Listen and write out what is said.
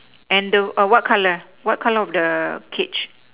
and the what color what color of the cage